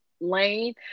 lane